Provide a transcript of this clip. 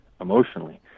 emotionally